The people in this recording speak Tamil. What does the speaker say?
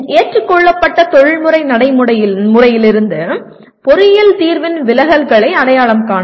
ஏற்றுக்கொள்ளப்பட்ட தொழில்முறை நடைமுறையிலிருந்து பொறியியல் தீர்வின் விலகல்களை அடையாளம் காணவும்